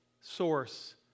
source